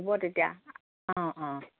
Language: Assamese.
হ'ব তেতিয়া অঁ অঁ